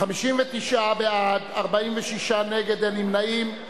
59 בעד, 46 נגד, אין נמנעים.